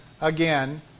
again